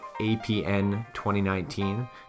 APN2019